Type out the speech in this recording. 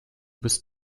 bist